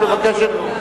אני מבקשת לשנות.